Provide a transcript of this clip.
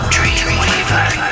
Dreamweaver